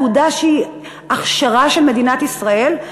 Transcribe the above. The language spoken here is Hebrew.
תעודה שהיא הכשרה של מדינת ישראל,